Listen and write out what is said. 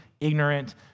ignorant